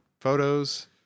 photos